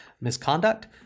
misconduct